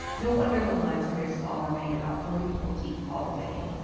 no wonder the lines for their stall remained about forty people deep all day.